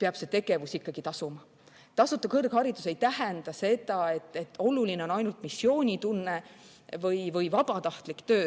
peab see tegevus ära tasuma. Tasuta kõrgharidus ei tähenda seda, et oluline on ainult missioonitunne või vabatahtlik töö.